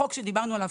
החוק שדיברנו עליו,